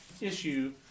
issue